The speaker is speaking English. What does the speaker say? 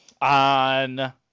On –